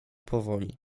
powoli